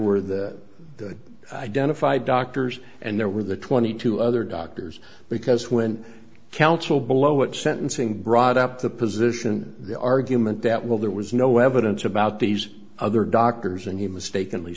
there were the identified doctors and there were the twenty two other doctors because when counsel below at sentencing brought up the position the argument that well there was no evidence about these other doctors and he mistakenly